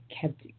kept